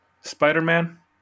Spider-Man